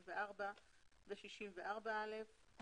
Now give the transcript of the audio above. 64 ו-64א לאותו חוק.